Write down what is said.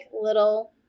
little